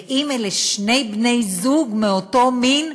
ואם אלה שני בני-זוג מאותו מין,